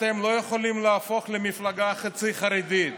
אתם לא יכולים להפוך למפלגה חצי חרדית.